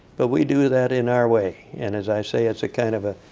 but we do that in our way. and as i say, it's a kind of a